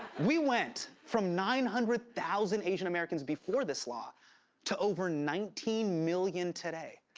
we went from nine hundred thousand asian americans before this law to over nineteen million today.